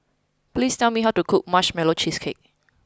please tell me how to cook Marshmallow Cheesecake